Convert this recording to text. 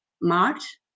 March